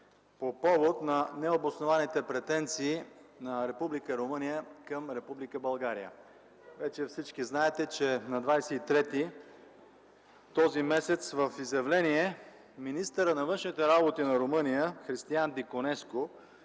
по повод на необоснованите претенции на Република Румъния към Република България. Вече всички знаете, че на 23-ти този месец в изявление министърът на външните работи на Румъния Кристиян Дяконеску